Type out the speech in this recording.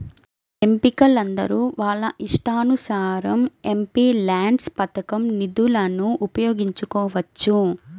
ఎంపీలందరూ వాళ్ళ ఇష్టానుసారం ఎంపీల్యాడ్స్ పథకం నిధులను ఉపయోగించుకోవచ్చు